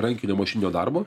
rankinio mašininio darbo